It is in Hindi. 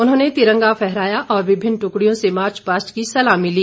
उन्होंने तिरंगा फहराया और विभिन्न टुकड़ियों से मार्चपास्ट की सलामी ली